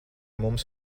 mums